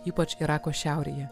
ypač irako šiaurėje